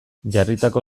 jarritako